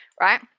Right